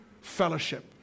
fellowship